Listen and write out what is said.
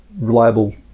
reliable